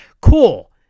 cool